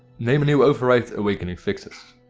name a new override awakening fixes.